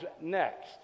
next